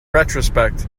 retrospect